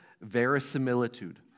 verisimilitude